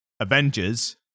avengers